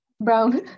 brown